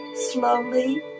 slowly